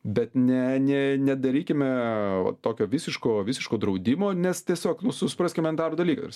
bet ne ne nedarykime tokio visiško visiško draudimo nes tiesiog nu su supraskime dar dalykas